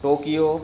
Tokyo